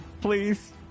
Please